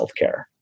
healthcare